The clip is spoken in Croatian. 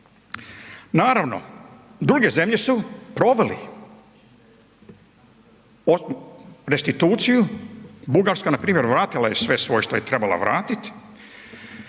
Naravno, druge zemlje su proveli restituciju, Bugarska, npr. vratila je sve svoje što je trebala vratiti.